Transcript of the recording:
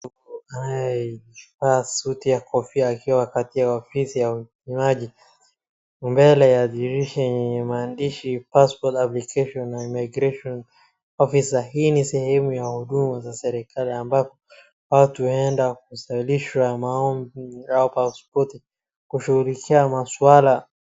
Mtu anayevaa suti ya kofia akiwa katika ofisi ya upimaji, mbele ya dirisha yenye maandishi PASSPORT APPLICATION, IMMIGRATION OFFICER . Hii ni sehemu ya huduma za serikali ambapo watu huenda kuwasilisha maombi au paspoti kushugulikia maswala...